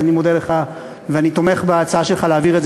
אני מודה לך ואני תומך בהצעה שלך להעביר את זה